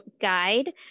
guide